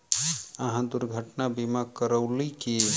अहाँ दुर्घटना बीमा करेलौं की?